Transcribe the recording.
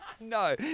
No